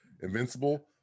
Invincible